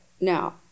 now